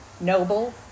noble